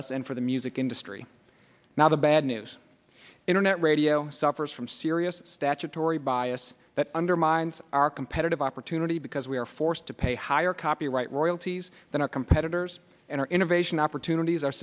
us and for the music industry now the bad news internet radio suffers from serious statutory bias that undermines our competitive opportunity because we are forced to pay higher copyright royalties than our competitors and our innovation opportunities are